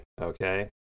okay